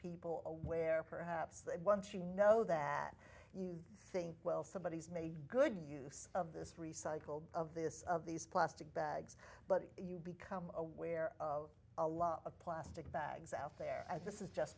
people aware perhaps that once you know that you think well somebody has made good use of this recycled of this of these plastic bags but you become aware of a lot of plastic bags out there and this is just